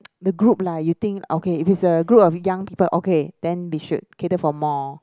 the group lah you think okay if it's a group of young people okay then we should cater for more